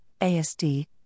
ASD